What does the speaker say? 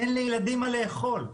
אין לילדים מה לאכול.